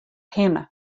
hinne